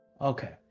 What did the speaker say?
Okay